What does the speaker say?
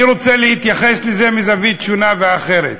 אני רוצה להתייחס לזה מזווית שונה ואחרת.